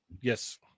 yes